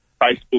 Facebook